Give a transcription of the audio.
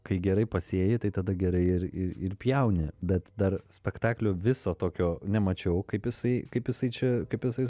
kai gerai pasėji tai tada gerai ir ir pjauni bet dar spektaklio viso tokio nemačiau kaip jisai kaip jisai čia kaip jisai